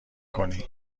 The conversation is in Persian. کنی